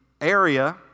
area